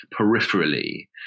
peripherally